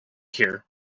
here